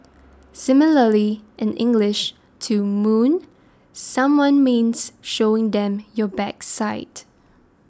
similarly in English to 'moon' someone means showing them your backside